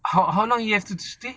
how how long you have to stay